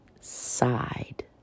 side